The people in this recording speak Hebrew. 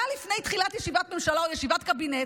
לפני תחילת ישיבת ממשלה או ישיבת קבינט,